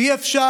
אי-אפשר.